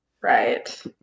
right